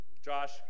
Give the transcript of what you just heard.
Josh